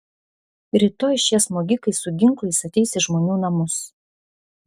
rytoj šie smogikai su ginklais ateis į žmonių namus